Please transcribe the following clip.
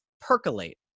percolate